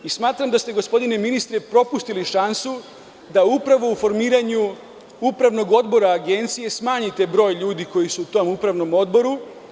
Smatram da ste gospodine ministre propustili šansu da upravo u formiranju Upravnog odbora agencije smanjite broj ljudi koji su u tom upravnom odboru.